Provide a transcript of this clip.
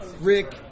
Rick